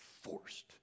forced